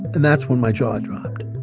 and that's when my jaw dropped